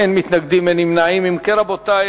התש"ע 2010,